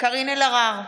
קארין אלהרר,